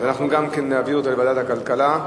אנחנו נעביר את זה לוועדת הכלכלה.